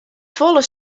folle